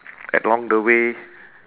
eh along the way